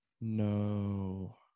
no